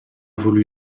voulu